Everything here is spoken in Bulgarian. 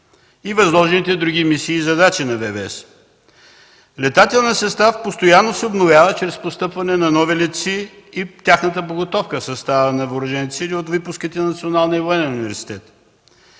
и възложените други мисии и задачи на ВВС. Летателният състав постоянно се обновява чрез постъпване на нови летци и тяхната подготовка в състава на Въоръжените сили от випуските на Националния военен университет.